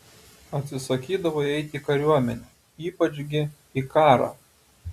atsisakydavo jie eiti į kariuomenę ypač gi į karą